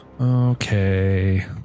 Okay